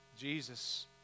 Jesus